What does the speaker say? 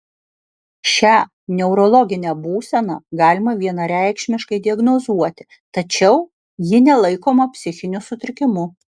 šią neurologinę būseną galima vienareikšmiškai diagnozuoti tačiau ji nelaikoma psichiniu sutrikimu